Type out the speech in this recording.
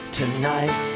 tonight